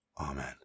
Amen